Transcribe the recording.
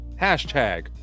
Hashtag